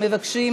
קובעת